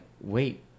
wait